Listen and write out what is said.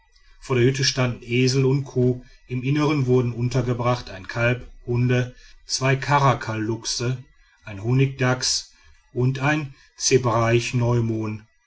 vor der hütte standen esel und kuh im innern wurden untergebracht ein kalb hunde zwei karakalluchse ein honigdachs und ein